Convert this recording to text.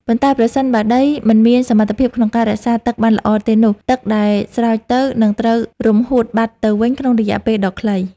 ប៉ុន្តែប្រសិនបើដីមិនមានសមត្ថភាពក្នុងការរក្សាទឹកបានល្អទេនោះ ទឹកដែលស្រោចទៅ នឹងត្រូវរំហួតបាត់ទៅវិញក្នុងរយៈពេលដ៏ខ្លី។